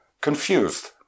confused